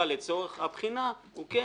הגורמים הרלבנטיים משרד הביטחון,